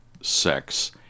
sex